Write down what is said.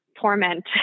torment